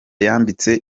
yambitse